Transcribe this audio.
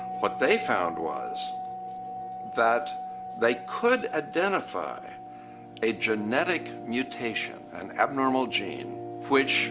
what they found was that they could identify a genetic mutation an abnormal gene which